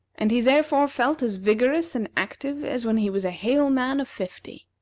and he therefore felt as vigorous and active as when he was a hale man of fifty.